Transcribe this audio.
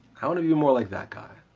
i wanna be more like that guy.